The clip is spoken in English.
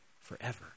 forever